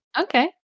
Okay